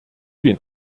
den